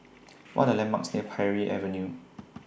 What Are The landmarks near Parry Avenue